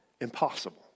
impossible